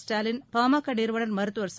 ஸ்டாலின் பாமக நிறுவனர் மருத்துவர் ச